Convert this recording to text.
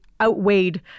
outweighed